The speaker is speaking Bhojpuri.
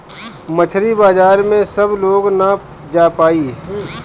मछरी बाजार में सब लोग ना जा पाई